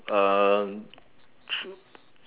uh true